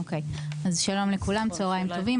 שלום לכולם, צוהריים טובים.